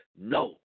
no